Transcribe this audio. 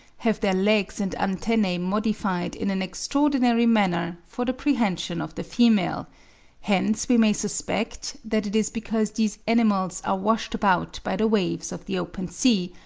have their legs and antennae modified in an extraordinary manner for the prehension of the female hence we may suspect that it is because these animals are washed about by the waves of the open sea,